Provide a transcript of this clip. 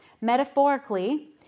metaphorically